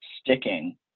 sticking